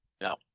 No